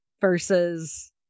versus